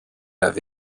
have